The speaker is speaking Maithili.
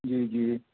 जी जी